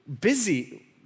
Busy